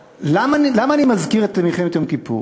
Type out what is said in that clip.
למה אני מזכיר את מלחמת יום כיפור?